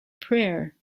prayer